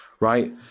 right